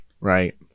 right